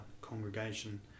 congregation